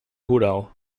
rural